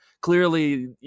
clearly